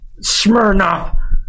Smirnoff